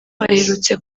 baherutse